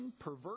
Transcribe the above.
perverse